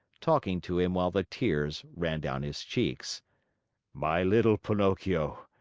talking to him while the tears ran down his cheeks my little pinocchio,